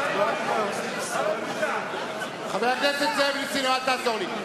נסים, אל תעזור לי.